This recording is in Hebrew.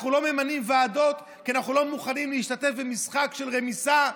אנחנו לא ממנים ועדות כי אנחנו לא מוכנים להשתתף במשחק של רמיסה,